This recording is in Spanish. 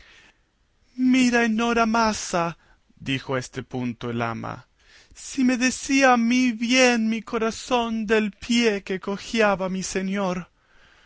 en hora maza dijo a este punto el ama si me decía a mí bien mi corazón del pie que cojeaba mi señor